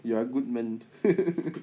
you are good man